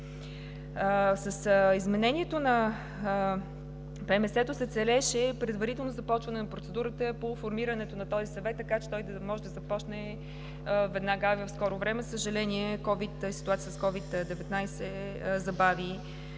С изменението на ПМС-то се целеше предварително започване на процедурата по формирането на този съвет, така че той да може да започне веднага в скоро време. За съжаление, ситуацията с COVID 19 забави